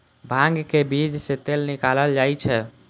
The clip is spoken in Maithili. भांग के बीज सं तेल निकालल जाइ छै